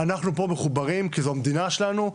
אנחנו פה מחוברים כי זו המדינה שלנו,